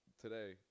today